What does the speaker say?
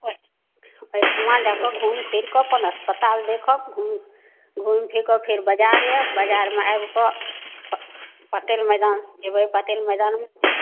तऽ ओहिठमा जाकऽ घूमि फिर कऽ अपन अस्पताल देखब घूमि घूमि फिर कऽ फेर बाजार आयब बाजारमे आबि कऽ पटेल मैदान जेबै पटेल मैदान देख